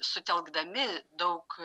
sutelkdami daug